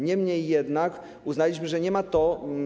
Niemniej jednak uznaliśmy, że nie ma to.